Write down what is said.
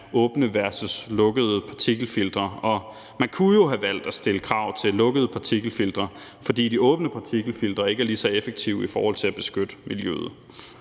åbne versus lukkede partikelfiltre. Man kunne jo have valgt at stille krav om lukkede partikelfiltre, fordi de åbne partikelfiltre ikke er lige så effektive i forhold til at beskytte miljøet.